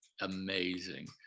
amazing